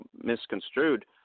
misconstrued